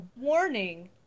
warning